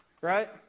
right